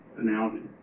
analogy